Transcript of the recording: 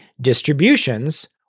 distributions